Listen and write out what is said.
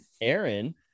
Aaron